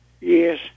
Yes